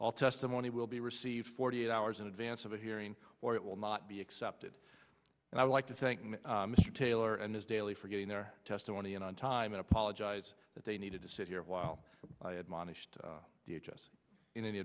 all testimony will be received forty eight hours in advance of a hearing or it will not be accepted and i'd like to thank mr taylor and his daily for getting their testimony in on time and apologize that they needed to sit here while i admonish the